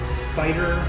spider